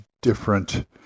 different